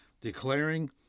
declaring